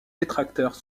détracteurs